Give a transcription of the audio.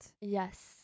Yes